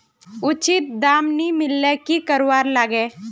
उचित दाम नि मिलले की करवार लगे?